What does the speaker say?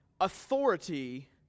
authority